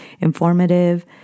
informative